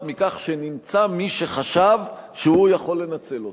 מכך שנמצא מי שחשב שהוא יכול לנצל אותה,